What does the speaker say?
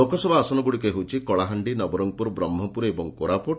ଲୋକସଭା ଆସନଗୁଡ଼ିକ ହେଉଛି କଳାହାଣ୍ଡି ନବରଙ୍ଗପୁର ବ୍ରହ୍କପୁର ଏବଂ କୋରାପୁଟ